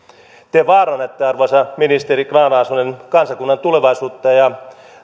te vaarannatte arvoisa ministeri grahn laasonen kansakunnan tulevaisuutta ja